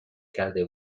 کرده